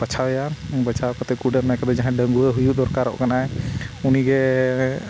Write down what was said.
ᱵᱟᱪᱷᱟᱣᱮᱭᱟ ᱵᱟᱪᱷᱟᱣ ᱠᱟᱛᱮᱫ ᱠᱩᱰᱟᱹᱢ ᱱᱟᱭᱠᱮ ᱫᱚ ᱡᱟᱦᱟᱸᱭ ᱰᱟᱹᱝᱜᱩᱣᱟᱹ ᱦᱩᱭᱩᱜ ᱫᱚᱨᱠᱟᱨᱚᱜ ᱠᱟᱱᱟᱭ ᱩᱱᱤᱜᱮ